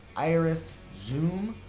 iris, zoom,